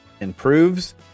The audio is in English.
improves